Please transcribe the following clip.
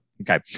Okay